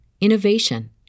innovation